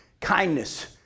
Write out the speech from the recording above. kindness